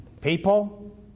people